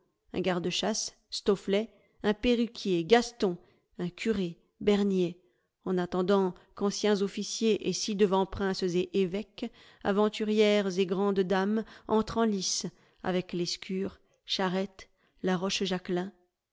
un garde-chasse stofflet un perruquier gaston un curé bernier en attendant qu'anciens officiers et ci-devant princes et évêques aventurières et grandes dames entrent en lice avec lescure charette la